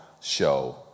show